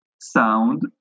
sound